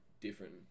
different